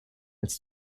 als